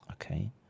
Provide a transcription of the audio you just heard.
Okay